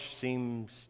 seems